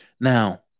Now